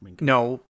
No